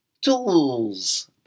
Tools